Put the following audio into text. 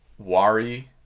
Wari